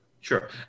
Sure